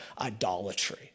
idolatry